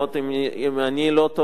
אם אני לא טועה,